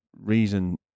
reason